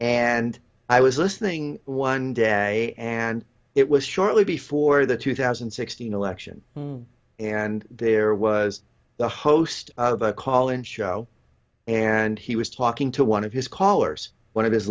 and i was listening one day and it was shortly before the two thousand and sixteen election and there was the host of a call in show and he was talking to one of his callers one of his